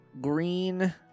green